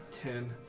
ten